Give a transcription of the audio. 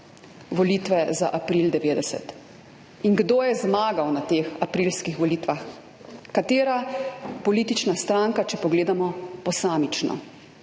volitve za april 1990. In kdo je zmagal na teh aprilskih volitvah, katera politična stranka, če pogledamo posamično?